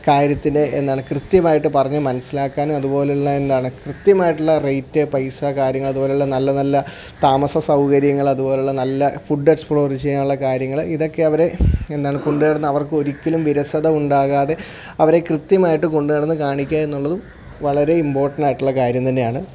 കാര്യത്തിലെ എന്താണ് കൃത്യമായിട്ടു പറഞ്ഞു മനസ്സിലാക്കാനും അതുപോലെയുള്ള എന്താണ് കൃത്യമായിട്ടുള്ള റേറ്റ് പൈസ കാര്യങ്ങൾ അതുപോലെയുള്ള നല്ലനല്ല താമസ സൗകര്യങ്ങ അതുപോലെയുള്ള നല്ല ഫുഡ് എക്സ്പ്ലോർ ചെയ്യാനുള്ള കാര്യങ്ങൾ ഇതൊക്കെ അവരെ എന്താണ് കൊണ്ടു നടന്ന് അവർക്കൊരിക്കലും വിരസത ഉണ്ടാകാതെ അവരെ കൃത്യമായിട്ടു കൊണ്ടു നടന്നു കാണിക്കുക എന്നുള്ളതും വളരെ ഇമ്പോർട്ടൻറ്റായിട്ടുള്ള കാര്യം തന്നെയാണ്